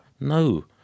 no